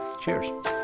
Cheers